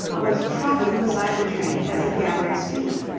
was trotting beside the train as it gathered speed.